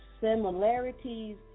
similarities